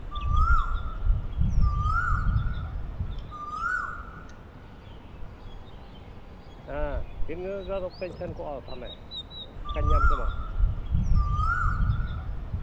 ᱦᱮ ᱛᱤᱱᱟᱹᱜ ᱜᱟᱱ ᱚᱠᱛᱮᱧ ᱥᱮᱱ ᱠᱚᱜᱼᱟ ᱛᱟᱦᱚᱞᱮ ᱯᱷᱟᱠᱟᱧ ᱧᱟᱢ ᱠᱮᱢᱟ